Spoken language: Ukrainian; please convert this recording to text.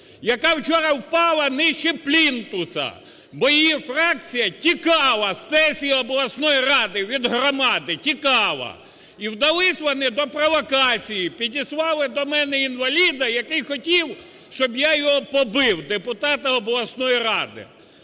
яка вчора "впала нижче плінтуса", бо її фракція тікала з сесії обласної ради, від громади тікала. І вдались вони до провокації, підіслали до мене інваліда, який хотів, щоб я його побив, депутата обласної ради,